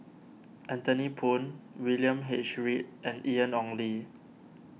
Anthony Poon William H Read and Ian Ong Li